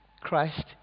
Christ